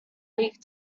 league